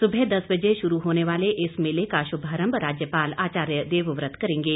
सुबह दस बजे शुरू होने वाले इस मेले का श्भारंभ राज्यपाल आचार्य देवव्रत करेंगे